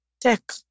tech